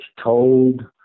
told